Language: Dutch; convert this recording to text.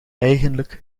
eigenlijk